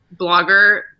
blogger